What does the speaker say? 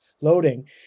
loading